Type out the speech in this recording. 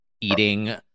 eating